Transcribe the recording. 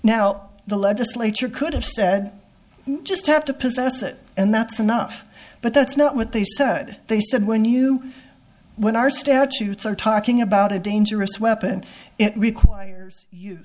now the legislature could have said you just have to possess it and that's enough but that's not what they said they said when you when our statutes are talking about a dangerous weapon it requires